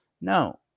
No